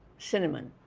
cinnamon,